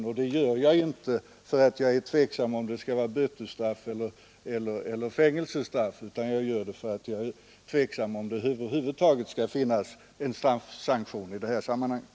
Och det gör jag inte därför att jag är tveksam om det skall vara bötesstraff eller fängelse, utan därför att jag är tveksam huruvida det över huvud taget skall finnas en straffsanktion i det här sammanhanget.